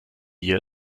wir